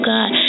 God